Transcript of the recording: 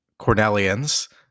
Cornellians